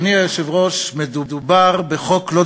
אדוני היושב-ראש, תודה,